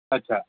अच्छा